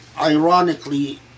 ironically